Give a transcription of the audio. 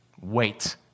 Wait